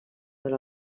per